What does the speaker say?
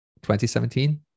2017